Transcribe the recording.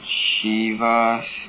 Chivas